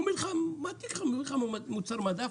הוא מעתיק, מביא לך מוצר מדף